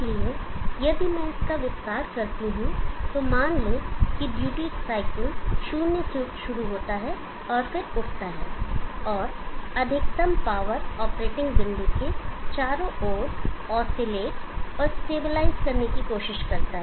इसलिए यदि मैं इसका विस्तार करता हूं तो मान लें कि ड्यूटी साइकिल शून्य से शुरू होता है और फिर उठता है और अधिकतम पावर ऑपरेटिंग बिंदु के चारों ओर ऑसीलेट और स्टेबलाइज करने की कोशिश करता है